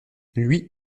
lui